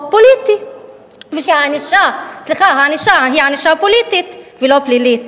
פוליטי ושהענישה היא ענישה פוליטית ולא פלילית.